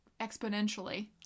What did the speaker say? exponentially